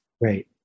Right